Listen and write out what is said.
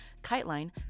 KiteLine